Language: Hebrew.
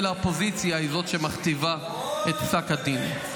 אלא האופוזיציה היא שמכתיבה את פסק הדין.